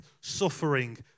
suffering